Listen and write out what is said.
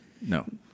No